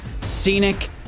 scenic